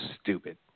Stupid